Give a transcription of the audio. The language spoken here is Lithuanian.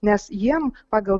nes jiem pagal